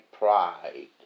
pride